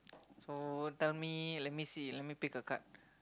so tell me let me see let me pick a card